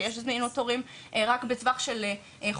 שיש זמינות תורים רק בטווח של חודשים,